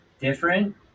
different